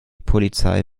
polizei